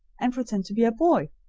and pretend to be a boy.